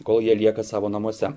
kol jie lieka savo namuose